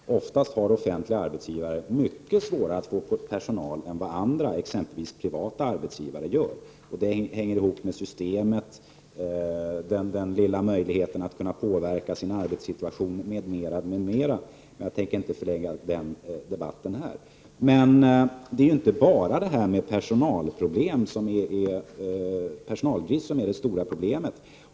Oftast har offentliga arbetsgivare mycket svårare att få tag på personal än vad exempelvis privata arbetsgivare har, vilket hänger samman med systemet, de små möjligheterna att kunna påverka sin arbetssituation m.m. Men jag avser inte att förlägga den debatten här. Det är inte bara brist på personal som är det stora problemet.